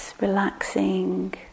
relaxing